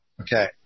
Okay